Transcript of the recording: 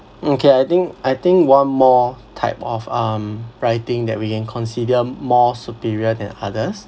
okay I think I think one more type of um writing that we can consider more superior than others